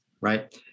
right